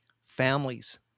families